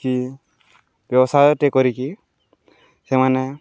କି ବ୍ୟବସାୟଟେ କରିକି ସେମାନେ